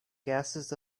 gases